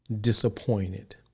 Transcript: disappointed